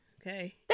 Okay